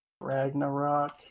Ragnarok